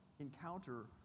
encounter